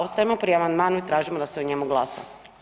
Ostajemo pri amandmanu i tražimo da se o njemu glasa.